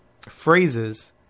phrases